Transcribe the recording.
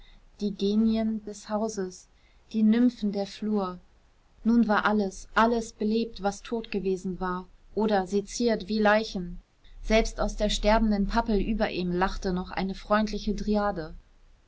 die genien des hauses die nymphen der flur nun war alles alles belebt was tot gewesen war oder seziert wie leichen selbst aus der sterbenden pappel über ihm lachte noch eine freundliche dryade